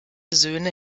söhne